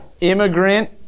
Immigrant